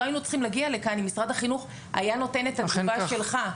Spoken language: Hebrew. לא היינו צריכים להגיע לכאן אם משרד החינוך היה נותן את התשובה שלך.